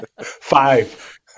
Five